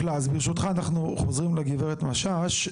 ברשותך אנחנו חוזרים לגברת משש,